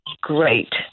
great